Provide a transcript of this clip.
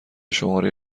شماره